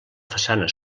façana